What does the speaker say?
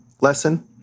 lesson